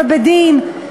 ובדין,